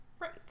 Right